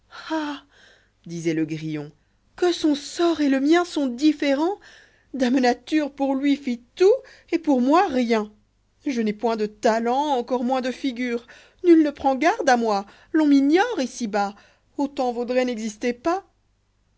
disoit le grillon que son sort et le mien sont différents dame nature pour lui fit tout et pour inoi rien je n'ai point de talent encor moins de figure nul ne prend garde à moij l'on m'ignore ici bas autant vaudrait n'exister pas